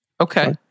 Okay